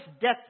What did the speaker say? death